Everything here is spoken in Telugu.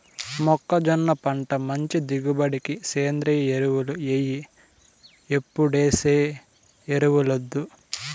మొక్కజొన్న పంట మంచి దిగుబడికి సేంద్రియ ఎరువులు ఎయ్యి ఎప్పుడేసే ఎరువులొద్దు